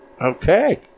Okay